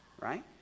right